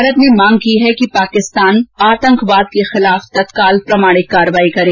भारत ने मांग की है पाकिस्तान आतंकवाद के खिलाफ तत्काल प्रमाणिक कार्रवाई करे